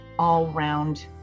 all-round